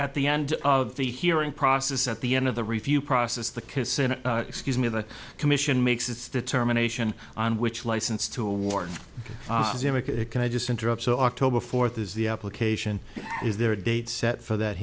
at the end of the hearing process at the end of the review process the kissin excuse me the commission makes its determination on which license to award can i just interrupt the october fourth is the application is there a date set for that